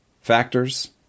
factors